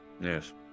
Yes